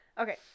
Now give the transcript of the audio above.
Okay